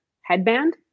headband